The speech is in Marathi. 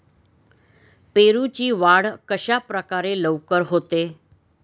पेरूची वाढ कशाप्रकारे लवकर होते?